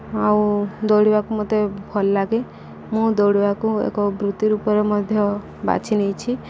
ଆଉ ଦୌଡ଼ିବାକୁ ମୋତେ ଭଲ ଲାଗେ ମୁଁ ଦୌଡ଼ିବାକୁ ଏକ ବୃତ୍ତି ରୂପରେ ମଧ୍ୟ ବାଛି ନେଇଛି